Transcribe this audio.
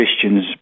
Christians